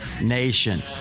nation